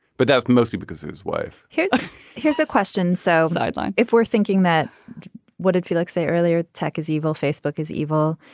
but that's mostly because his wife here's here's a question so i'd like if we're thinking that what did felix say earlier tech is evil facebook is evil.